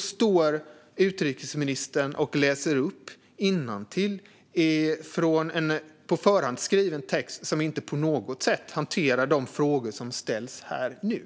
står utrikesministern och läser innantill från en på förhand skriven text som inte på något sätt hanterar de frågor som ställs här nu.